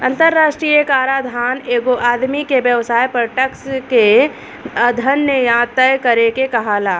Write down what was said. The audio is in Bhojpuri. अंतरराष्ट्रीय कराधान एगो आदमी के व्यवसाय पर टैक्स के अध्यन या तय करे के कहाला